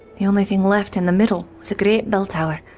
the only thing left in the middle a great bell tower,